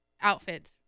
outfits